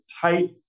tight